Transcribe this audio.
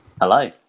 Hello